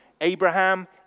Abraham